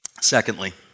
Secondly